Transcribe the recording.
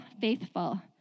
faithful